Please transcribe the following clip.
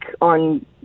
on